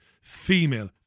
female